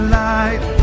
light